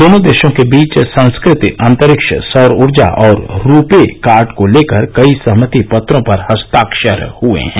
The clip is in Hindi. दोनों देशों के बीच संस्कृति अंतरिक्ष सौर ऊर्जा और रू पे कार्ड को लेकर कई सहमति पत्रों पर हस्ताक्षर हुए हैं